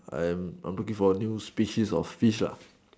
I am I'm looking forward for new species of fish lah